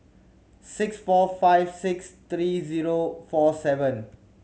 six four five six three zero four seven